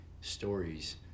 stories